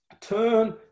Turn